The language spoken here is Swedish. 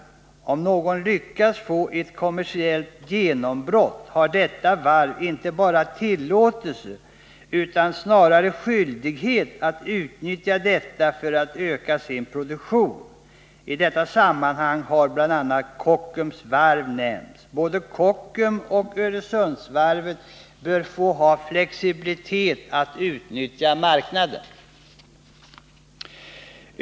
Om något varv lyckas få ett kommersiellt genombrott har det inte bara tillåtelse utan snarare skyldighet att utnyttja detta för att öka sin produktion. I detta sammanhang har bl.a. Kockums Varv nämnts. Både Kockums Varv och Öresundsvarvet bör få ha flexibilitet att utnyttja marknaden.